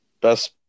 best